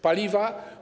Paliwa?